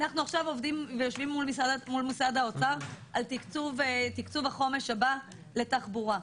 אנחנו יושבים מול משרד האוצר על תקצוב החומש הבא לתחבורה.